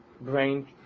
brain